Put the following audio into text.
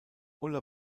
ulla